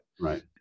right